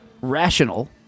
rational